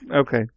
Okay